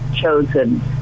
chosen